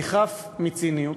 אני חף מציניות,